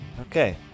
Okay